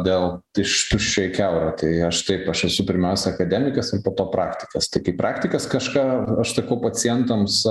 dėl iš tuščio į kiaurą tai aš taip aš esu pirmiausia akademikas ir po to praktikas tai kaip praktikas kažką aš sakau pacientams